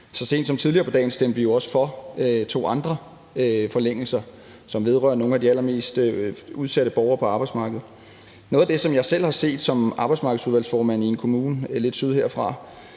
i hele 2022. Tidligere i dag stemte vi jo også for to andre forlængelser, som vedrører nogle af de allermest udsatte borgere på arbejdsmarkedet. Noget af det, som jeg selv har set som arbejdsmarkedsudvalgsformand i en kommune lidt syd for